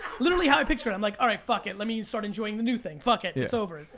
literally how i picture it. i'm like, all right fuck it, let me start enjoying the new thing. fuck it, it's over,